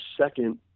second